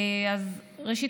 ראשית,